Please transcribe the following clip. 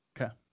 Okay